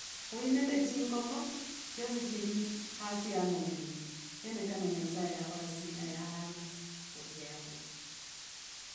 Khuli nende chingokho, chosi chiri hasi ha manyonyi. Kene kano nyasaye yakhola sina, yahana khuliekho.